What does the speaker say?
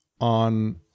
on